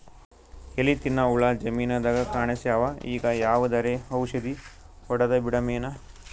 ಎಲಿ ತಿನ್ನ ಹುಳ ಜಮೀನದಾಗ ಕಾಣಸ್ಯಾವ, ಈಗ ಯಾವದರೆ ಔಷಧಿ ಹೋಡದಬಿಡಮೇನ?